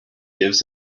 gives